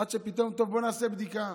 עד שפתאום: טוב, בוא נעשה בדיקה.